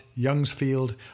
Youngsfield